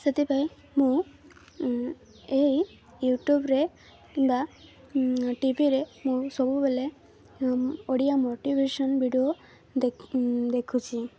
ସେଥିପାଇଁ ମୁଁ ଏହି ୟୁଟ୍ୟୁବ୍ରେ କିମ୍ବା ଟିଭିରେ ମୁଁ ସବୁବେଳେ ଓଡ଼ିଆ ମୋଟିଭେସନ୍ ଭିଡ଼ିଓ ଦେଖୁଛି